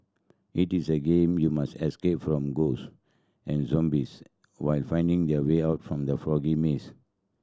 it is the game you must escape from ghosts and zombies while finding the way out from the foggy maze